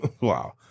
Wow